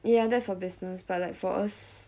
ya that's for business but like for us